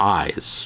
eyes